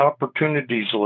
opportunities